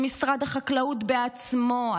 שמשרד החקלאות בעצמו,